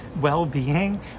well-being